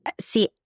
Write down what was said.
see